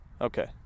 Okay